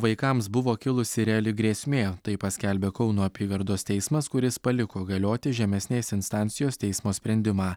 vaikams buvo kilusi reali grėsmė tai paskelbė kauno apygardos teismas kuris paliko galioti žemesnės instancijos teismo sprendimą